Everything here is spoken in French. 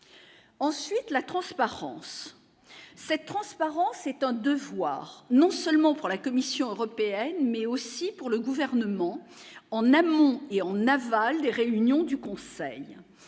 ensuite la transparence cette transparence est un devoir non seulement pour la Commission européenne, mais aussi pour le gouvernement, en amont et en aval des réunions du conseil,